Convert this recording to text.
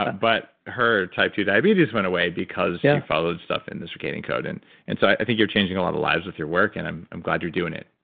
ah but her type ii diabetes went away because she yeah followed stuff in the circadian code. and and so i think you're changing a lot of lives with your work. and i'm i'm glad you're doing it.